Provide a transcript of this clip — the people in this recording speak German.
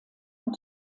und